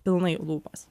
pilnai lūpas